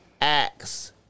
acts